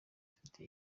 afite